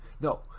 No